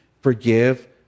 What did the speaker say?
forgive